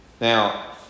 Now